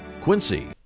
Quincy